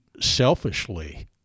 selfishly